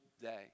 day